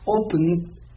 opens